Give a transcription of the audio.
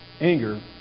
Anger